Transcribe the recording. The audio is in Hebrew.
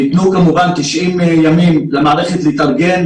ניתנו כמובן 90 ימים למערכת להתארגן,